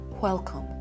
welcome